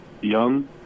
young